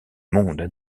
monde